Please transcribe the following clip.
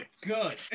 good